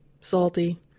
salty